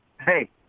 hey